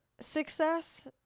success